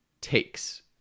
takes